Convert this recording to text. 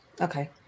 Okay